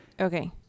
Okay